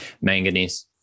Manganese